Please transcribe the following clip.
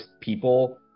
people